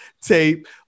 tape